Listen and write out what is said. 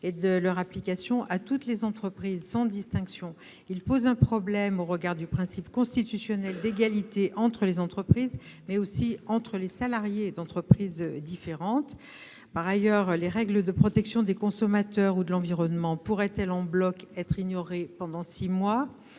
et de leur application à toutes les entreprises sans distinction. Ils posent un problème au regard du principe constitutionnel d'égalité entre les entreprises, mais aussi entre les salariés d'entreprises différentes. Par ailleurs, les règles de protection des consommateurs ou de l'environnement pourraient-elles, en bloc, être ignorées pendant six mois ?